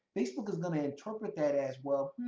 facebook is going to interpret that as, well,